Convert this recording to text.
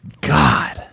god